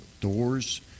doors